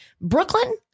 Brooklyn